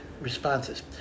responses